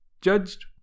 Judged